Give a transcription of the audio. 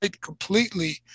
completely